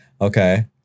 Okay